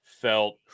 felt